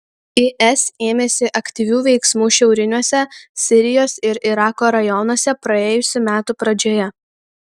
is ėmėsi aktyvių veiksmų šiauriniuose sirijos ir irako rajonuose praėjusių metų pradžioje